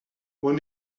one